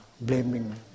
blaming